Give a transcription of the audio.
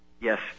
Yes